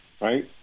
right